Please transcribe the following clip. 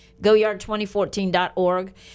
goyard2014.org